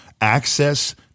access